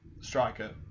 striker